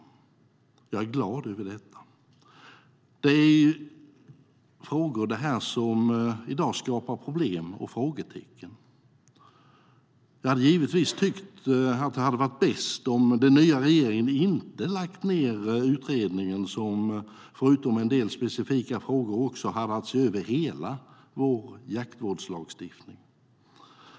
Jag är glad över det. Frågorna skapar i dag problem och frågetecken. Det hade givetvis varit bäst om den nya regeringen inte hade lagt ned utredningen som förutom en del specifika frågor också hade att se över hela vår jaktvårdslagstiftning.